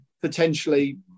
potentially